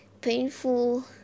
painful